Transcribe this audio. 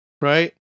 Right